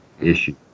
issue